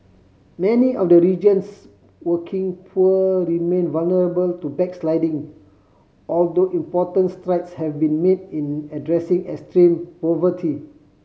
many of the region's working poor remain vulnerable to backsliding although important strides have been made in addressing extreme poverty